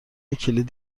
کلید